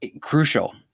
crucial